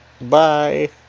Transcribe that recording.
bye